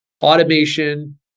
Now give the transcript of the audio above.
automation